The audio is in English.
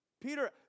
Peter